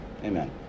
Amen